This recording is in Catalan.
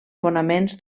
fonaments